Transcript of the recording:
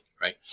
right